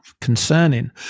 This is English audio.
concerning